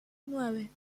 nueve